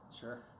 Sure